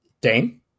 Dane